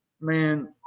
Man